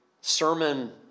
sermon